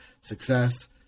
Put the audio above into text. success